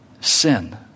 Sin